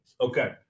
Okay